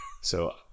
So-